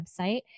website